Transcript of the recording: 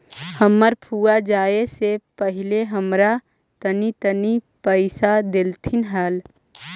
हमर फुआ जाए से पहिले हमरा तनी मनी पइसा डेलथीन हल